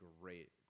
great